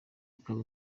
ikaba